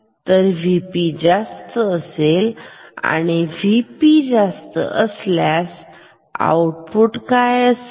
तर Vp जास्त असेल आणि Vp जास्त असल्यास आउटपुट काय असेल